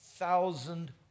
Thousand